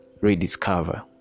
rediscover